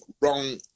wrong